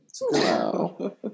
Wow